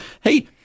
hey